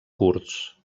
curts